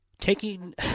Taking